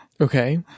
Okay